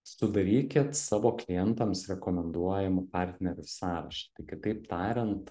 sudarykit savo klientams rekomenduojamų partnerių sąrašą kitaip tariant